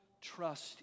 trust